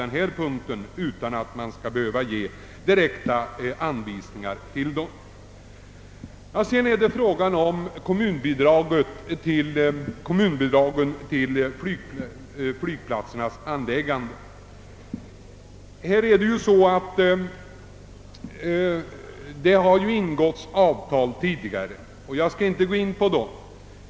När det sedan gäller de kommunala bidragen till anläggande av flygplatser föreligger en del tidigare ingångna avtal, och jag skall inte diskutera dem.